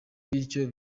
bityo